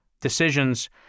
decisions